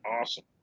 awesome